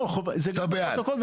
לא, זה גם לפרוטוקול.